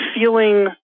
feeling